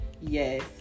yes